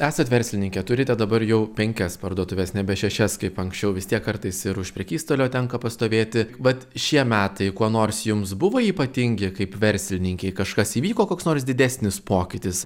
esat verslininkė turite dabar jau penkias parduotuves nebe šešias kaip anksčiau vis tiek kartais ir už prekystalio tenka pastovėti vat šie metai kuo nors jums buvo ypatingi kaip verslininkei kažkas įvyko koks nors didesnis pokytis